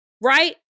right